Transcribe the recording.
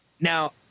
Now